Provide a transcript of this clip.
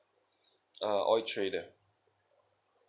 uh oil trader